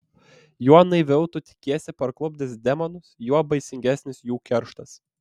juo naiviau tu tikiesi parklupdęs demonus juo baisingesnis jų kerštas